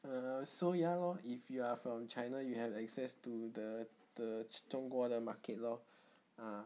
err so ya lor if you are from china you have access to the the 中国的 market lor ah